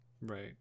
Right